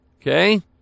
Okay